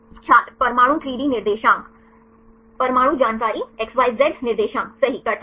छात्र परमाणु 3 डी निर्देशांक परमाणु जानकारी XYZ निर्देशांक सही करता है